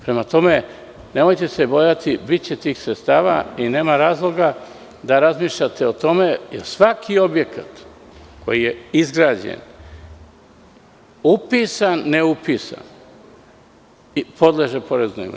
Prema tome, nemojte se bojati, biće tih sredstava i nema razloga da razmišljate o tome, jer svaki objekat koji je izgrađen, upisan ne upisan, podleže porezu na imovinu.